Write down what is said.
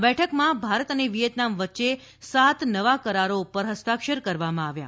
આ બેઠકમાં ભારત અને વિદ્યેતનામ વચ્ચે સાત નવા કરારો પર હસ્તાક્ષર કરવામાં આવ્યા